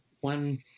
one